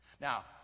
Now